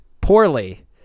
poorly